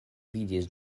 vidis